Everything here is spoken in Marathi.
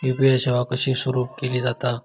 यू.पी.आय सेवा कशी सुरू केली जाता?